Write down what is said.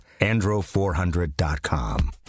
Andro400.com